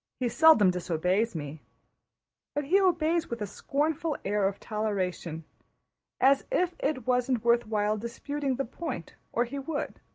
he seldom disobeys me but he obeys with a scornful air of toleration as if it wasn't worthwhile disputing the point or he would.